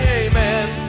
amen